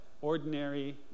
ordinary